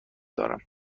دارم